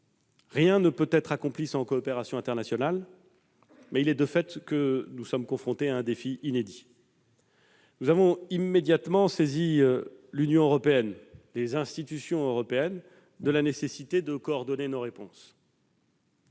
rien ne peut être accompli sans coopération internationale, mais il est de fait que nous sommes confrontés à un défi inédit. Nous avons immédiatement saisi les institutions de l'Union européenne de la nécessité de coordonner nos réponses.